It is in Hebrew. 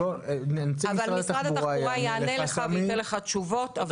אבל משרד התחבורה יענה לך וייתן לך תשובות.